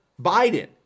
Biden